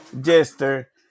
Jester